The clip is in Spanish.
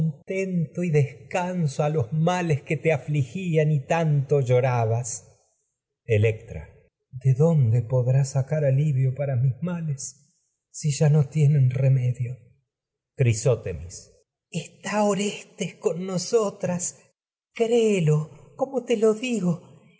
contento y descanso a los males que te y afligían tanto llorabas de electra dónde podrás sacar alivio para mis males si ya no tienen remedio crisótemis está orestes te con nosotras créelo como lo digo